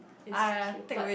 is cute but